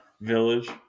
Village